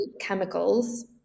chemicals